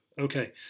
Okay